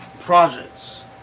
projects